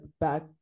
back